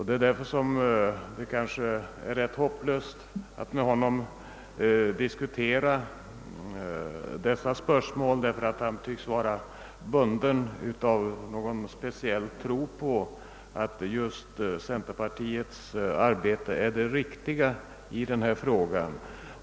Det är kanske rätt hopplöst att diskutera detta spörsmål med herr Eliasson, eftersom han tycks vara bunden av en speciell tro på att just centerpartiets arbete är det riktiga i den här frågan.